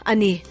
Ani